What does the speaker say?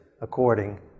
according